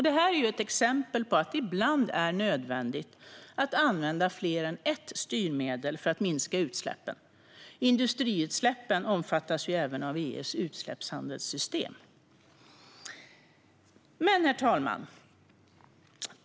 Det här är ett exempel på att det ibland är nödvändigt att använda fler än ett styrmedel för att minska utsläppen. Industriutsläppen omfattas ju även av EU:s utsläppshandelssystem. Herr talman!